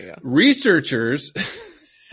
Researchers